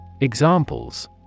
Examples